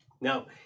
Now